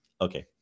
okay